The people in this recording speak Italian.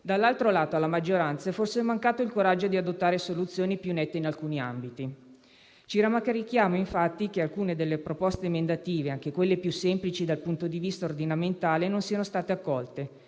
dall'altro lato, alla maggioranza è mancato forse il coraggio di adottare soluzioni più nette in alcuni ambiti. Ci rammarichiamo infatti che alcune delle proposte emendative, anche quelle più semplici dal punto di vista ordinamentale, non siano state accolte.